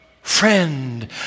Friend